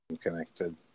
connected